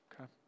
okay